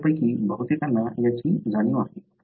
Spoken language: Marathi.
आपल्यापैकी बहुतेकांना याची जाणीव आहे